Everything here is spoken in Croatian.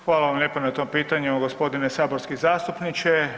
Hvala vam lijepa na tom pitanju, g. saborski zastupniče.